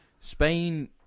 Spain